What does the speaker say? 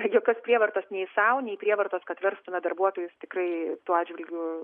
jokios prievartos nei sau nei prievartos kad verstume darbuotojus tikrai tuo atžvilgiu